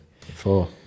four